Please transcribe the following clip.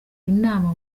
inama